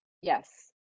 Yes